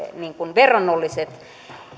verrannolliset